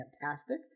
fantastic